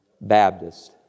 Baptist